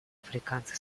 африканцы